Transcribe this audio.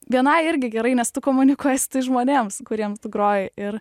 vienai irgi gerai nes tu komunikuoji su tais žmonėms kuriems tu groji ir